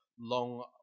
long